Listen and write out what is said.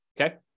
Okay